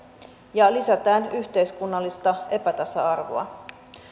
ja lisätään yhteiskunnallista epätasa arvoa